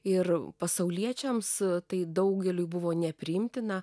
ir pasauliečiams tai daugeliui buvo nepriimtina